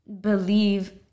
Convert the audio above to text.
believe